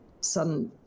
sudden